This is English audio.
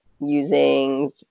using